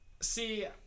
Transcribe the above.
See